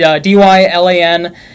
D-Y-L-A-N